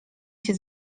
się